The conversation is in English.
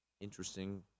Interesting